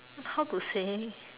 how to say